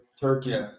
Turkey